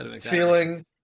feeling